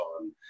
on